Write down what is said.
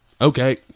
okay